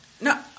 No